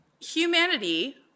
Humanity